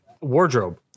Wardrobe